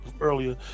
earlier